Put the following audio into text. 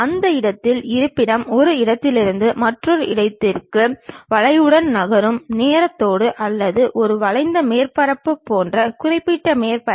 ஒருவேளை இது ஒரு கோடாக இருந்தால் அது a b அல்லது p q என்று சிறிய ஆங்கில எழுத்துக்கள் மூலம் குறிக்கப்படுகிறது